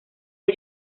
del